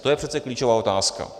To je přece klíčová otázka.